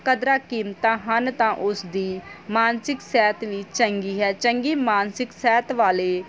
ਕਦਰਾਂ ਕੀਮਤਾਂ ਹਨ ਤਾਂ ਉਸਦੀ ਮਾਨਸਿਕ ਸਿਹਤ ਵੀ ਚੰਗੀ ਹੈ ਚੰਗੀ ਮਾਨਸਿਕ ਸਿਹਤ ਵਾਲੇ